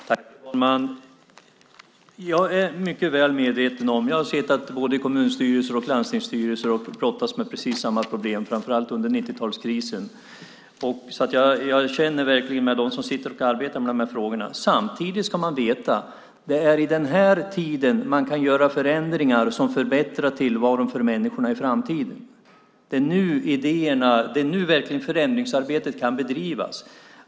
Fru talman! Jag är mycket väl medveten om detta. Jag har suttit i både kommun och landstingsstyrelser och brottats med precis samma problem, framför allt under 90-talskrisen. Jag känner verkligen med dem som sitter och arbetar med de här frågorna. Samtidigt ska man veta att det är under den här tiden man kan göra förändringar som förbättrar tillvaron för människorna i framtiden. Det är nu förändringsarbetet verkligen kan bedrivas.